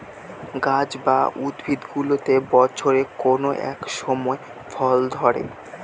গাছ বা উদ্ভিদগুলোতে বছরের কোনো এক সময় ফল ধরে